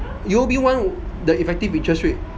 U_O_B one the effective interest rate